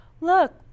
look